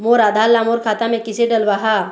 मोर आधार ला मोर खाता मे किसे डलवाहा?